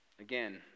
Again